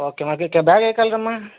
okay okay bag ఏ colour అమ్మా